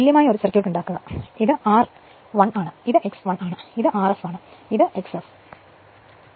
തുല്യമായ ഒരു സർക്യൂട്ട് ഉണ്ടാക്കുക ഇത് r1 ആണ് ഇത് x1 ആണ് ഇത് Rf ആണ് ഇത് x f ആണ്